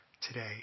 today